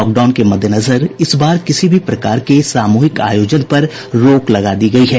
lockdown के मद्देनजर इस बार किसी भी प्रकार के सामूहिक आयोजन पर रोक लगा दी गयी है